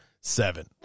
seven